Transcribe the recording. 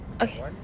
Okay